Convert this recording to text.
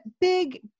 Big